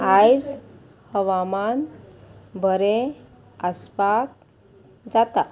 आयज हवामान बरें आसपाक जाता